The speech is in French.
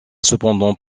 cependant